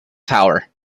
tower